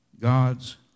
God's